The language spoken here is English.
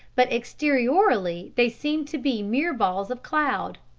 but exteriorly they seem to be mere balls of cloud.